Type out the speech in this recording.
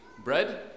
bread